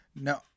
no